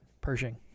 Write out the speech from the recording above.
Pershing